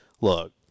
Look